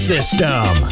System